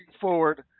forward